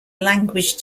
language